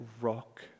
rock